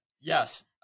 yes